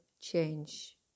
change